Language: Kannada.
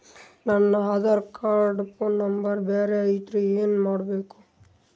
ನನ ಆಧಾರ ಕಾರ್ಡ್ ಫೋನ ನಂಬರ್ ಬ್ಯಾರೆ ಐತ್ರಿ ಏನ ಮಾಡಬೇಕು?